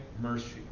mercy